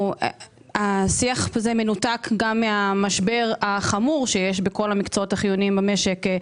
השיח הזה מנותק מהמשבר החמור שיש בכל המקצועות החיוניים במשק,